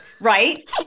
right